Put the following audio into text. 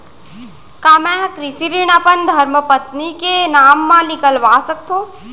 का मैं ह कृषि ऋण अपन धर्मपत्नी के नाम मा निकलवा सकथो?